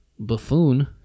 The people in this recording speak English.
Buffoon